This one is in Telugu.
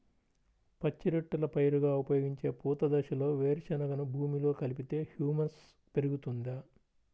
పచ్చి రొట్టెల పైరుగా ఉపయోగించే పూత దశలో వేరుశెనగను భూమిలో కలిపితే హ్యూమస్ పెరుగుతుందా?